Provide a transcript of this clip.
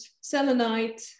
selenite